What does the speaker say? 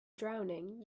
drowning